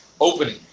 opening